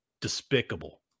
Despicable